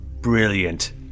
brilliant